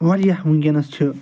واریاہ ؤنکٮ۪نَس چھِ